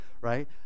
right